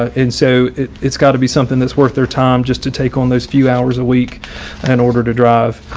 and so it's got to be something that's worth their time just to take on those few hours a week in and order to drive